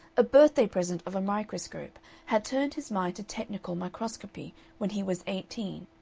a birthday present of a microscope had turned his mind to technical microscopy when he was eighteen,